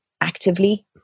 actively